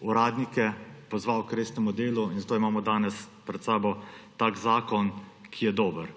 uradnike pozval k resnemu delu, in zato imamo danes pred sabo tak zakon, ki je dober.